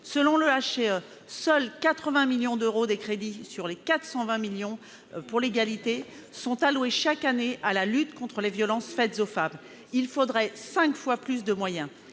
d'euros sur les 420 millions d'euros des crédits consacrés à l'égalité sont alloués chaque année à la lutte contre les violences faites aux femmes. Il faudrait cinq fois plus de moyens,